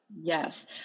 Yes